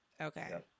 Okay